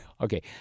Okay